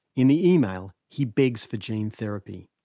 in the email, he begs for gene therapy.